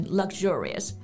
luxurious